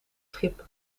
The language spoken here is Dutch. schip